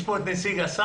יש פה את נציג שר